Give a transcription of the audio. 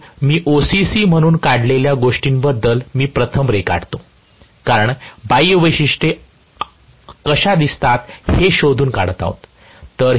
म्हणून मी OCC म्हणून काढलेल्या गोष्टींबद्दल मी प्रथम रेखाटतो कारण बाह्य वैशिष्ट्ये कशा दिसतात हे शोधून काढत आहोत